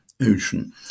Ocean